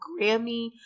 Grammy